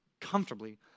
comfortably